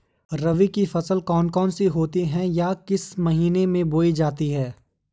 रबी की फसल कौन कौन सी होती हैं या किस महीने में बोई जाती हैं?